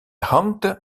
hangt